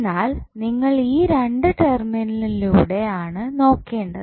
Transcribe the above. എന്നാൽ നിങ്ങൾ ഈ രണ്ട് ടെർമിനലിലൂടെ ആണ് നോക്കേണ്ടത്